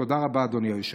תודה רבה, אדוני היושב-ראש.